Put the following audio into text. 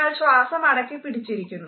നിങ്ങൾ ശ്വാസം അടക്കിപ്പിടിച്ചിരിക്കുന്നു